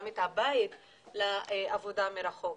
גם את הבית לעבודה מרחוק.